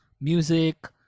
music